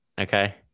okay